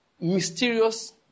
mysterious